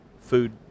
food